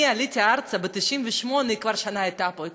עליתי ארצה ב-1998 היא כבר הייתה פה שנה,